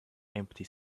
empty